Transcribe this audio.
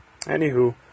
Anywho